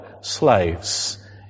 slaves